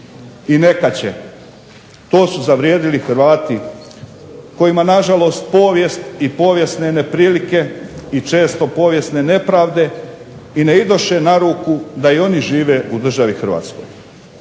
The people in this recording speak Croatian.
I neka će. To su zavrijedili Hrvati kojima nažalost povijest i povijesne neprilike i često povijesne nepravde i ne idoše na ruku da i oni žive u državi Hrvatskoj.